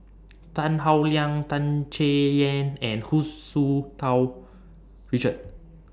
Tan Howe Liang Tan Chay Yan and Hu Tsu Tau Richard